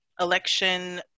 election